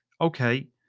Okay